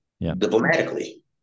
diplomatically